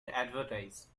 advertise